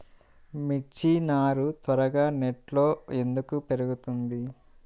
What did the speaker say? మిర్చి నారు త్వరగా నెట్లో ఎందుకు పెరుగుతుంది?